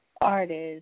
artists